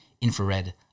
infrared